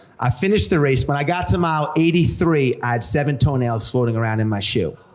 i finished the race, when i got to mile eighty three, i had seven toenails floating around in my shoe.